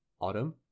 Autumn